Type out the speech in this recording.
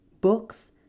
books